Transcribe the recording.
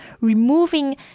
removing